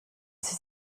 sie